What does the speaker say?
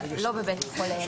לא בבית החולה,